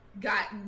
Got